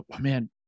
man